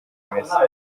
bimeze